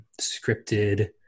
scripted